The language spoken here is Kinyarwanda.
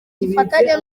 kizafatanya